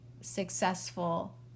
successful